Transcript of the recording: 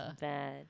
bad